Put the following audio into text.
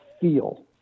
feel